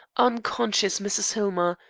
unconscious mrs. hillmer,